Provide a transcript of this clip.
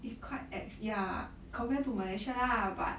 it's quite ex ya compared to malaysia lah but